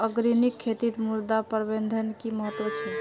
organic खेतीत मृदा प्रबंधनेर कि महत्व छे